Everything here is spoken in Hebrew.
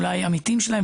אולי עמיתים שלהם,